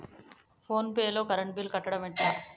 Phone pay లో current bill కట్టడం ఎట్లా?